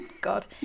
god